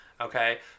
okay